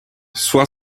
sua